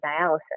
dialysis